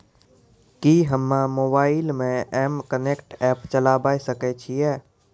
कि हम्मे मोबाइल मे एम कनेक्ट एप्प चलाबय सकै छियै?